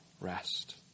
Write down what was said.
rest